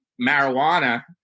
marijuana